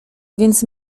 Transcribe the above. więc